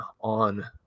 on